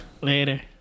Later